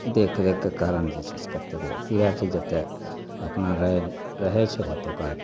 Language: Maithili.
देखरेखके कारण जे छै से ककरो अथी भए जाइत छै जतऽ अपना रहए रहै छै ओतुका